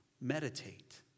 Meditate